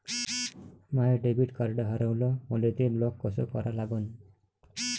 माय debit card हारवलं, मले ते ब्लॉक कस करा लागन?